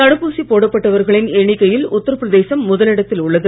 தடுப்பூசிப் போடப்பட்டவர்களின் எண்ணிக்கையில் உத்தரபிரதேசம் முதலிடத்தில் உள்ளது